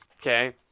Okay